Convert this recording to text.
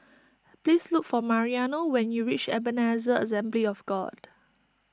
please look for Mariano when you reach Ebenezer Assembly of God